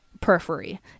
periphery